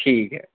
ठीक ऐ